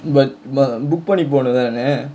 but book பண்ணி போனு தான:panna ponu thaana